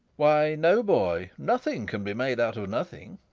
why, no, boy nothing can be made out of nothing.